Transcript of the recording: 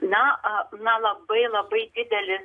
na na labai labai didelis